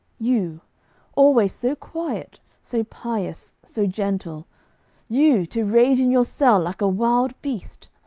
you always so quiet, so pious, so gentle you to rage in your cell like a wild beast!